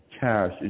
cash